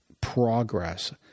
progress